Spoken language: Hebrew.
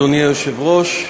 אדוני היושב-ראש,